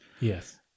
Yes